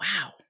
Wow